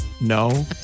no